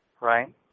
right